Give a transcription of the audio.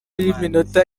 y’iminota